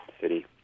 city